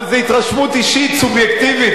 אבל זה התרשמות אישית סובייקטיבית.